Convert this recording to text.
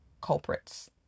Culprits